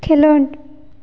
ᱠᱷᱮᱞᱚᱰ